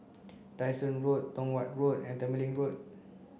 Dyson Road Tong Watt Road and Tembeling Road